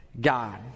God